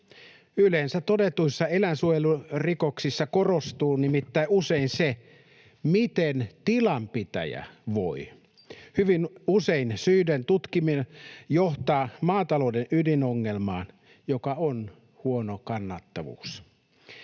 Yleensä todetuissa eläinsuojelurikoksissa korostuu nimittäin usein se, miten tilanpitäjä voi. Hyvin usein syiden tutkiminen johtaa maatalouden ydinongelmaan, joka on huono kannattavuus.